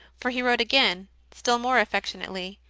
for he wrote again, still more affectionately,